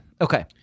Okay